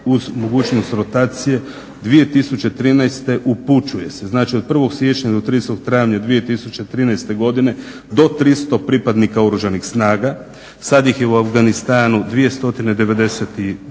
uz mogućnost rotacije 2013. upućuje se, znači od 1. siječnja do 30. travnja 2013. godine, do 300 pripadnika Oružanih snaga". Sad ih je u Afganistanu 292,